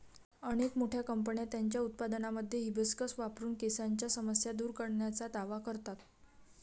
अनेक मोठ्या कंपन्या त्यांच्या उत्पादनांमध्ये हिबिस्कस वापरून केसांच्या समस्या दूर करण्याचा दावा करतात